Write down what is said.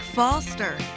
Foster